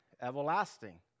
Everlasting